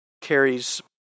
carries